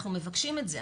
אנחנו מבקשים את זה,